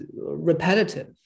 repetitive